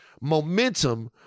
momentum